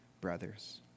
brothers